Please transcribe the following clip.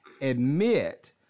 admit